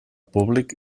públic